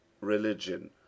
religion